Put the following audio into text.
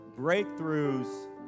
Breakthroughs